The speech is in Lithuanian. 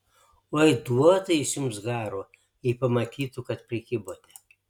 oi duotų jis jums garo jei pamatytų kad prikibote